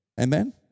amen